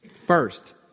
First